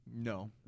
No